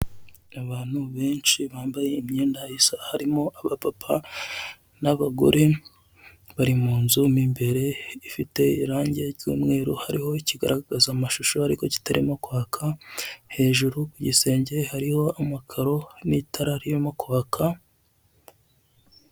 Abantu benshi bambaye imyenda isa, harimo abapapa n'abagore. Bari mu nzu mw'imbere ifite irangi ry'umweru, hariho ikigaragaza mashusho ariko kitarimo kwaka, hejuru ku gisenge hariho amakaro n'itara ririmo kwaka.